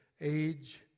age